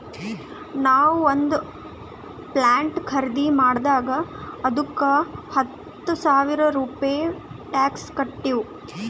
ನಾವು ಒಂದ್ ಪ್ಲಾಟ್ ಖರ್ದಿ ಮಾಡಿದಾಗ್ ಅದ್ದುಕ ಹತ್ತ ಸಾವಿರ ರೂಪೆ ಟ್ಯಾಕ್ಸ್ ಕಟ್ಟಿವ್